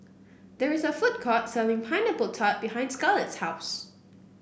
there is a food court selling Pineapple Tart behind Scarlett's house